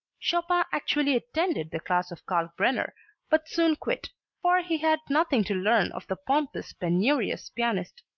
chopin actually attended the class of kalkbrenner but soon quit, for he had nothing to learn of the pompous, penurious pianist.